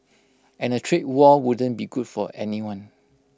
and A trade war wouldn't be good for anyone